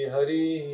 Hari